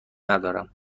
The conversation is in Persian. ندارم